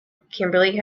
kimberly